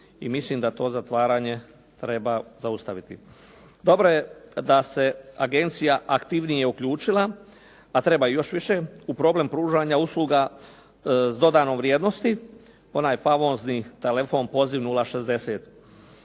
i mislim da to zatvaranje treba zaustaviti. Dobro je da se agencija aktivnije uključila a treba još više u problem pružanja usluga s dodanom vrijednosti. Onaj famozni telefon poziv 060